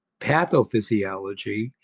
pathophysiology